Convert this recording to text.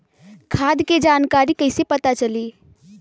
खाता के जानकारी कइसे पता चली?